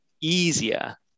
easier